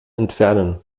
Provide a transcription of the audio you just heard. entfernen